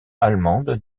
allemande